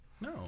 No